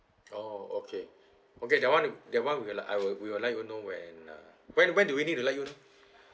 oh okay okay that one that one we will I will we will let you know when uh when when do we need to let you